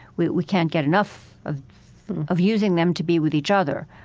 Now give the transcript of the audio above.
we we can't get enough of of using them to be with each other.